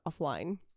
offline